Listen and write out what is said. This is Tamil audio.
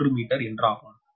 3 மீட்டர் என்றாகும்